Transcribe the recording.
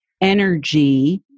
energy